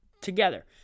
together